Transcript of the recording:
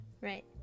Right